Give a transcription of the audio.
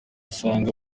usanga